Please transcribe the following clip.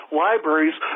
libraries